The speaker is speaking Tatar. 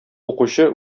укучы